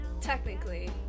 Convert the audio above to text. Technically